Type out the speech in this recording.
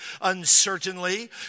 uncertainly